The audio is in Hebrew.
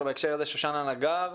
אבל בהקשר הזה שושנה נגר.